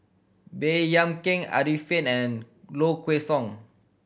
Baey Yam Keng Arifin and Low Kway Song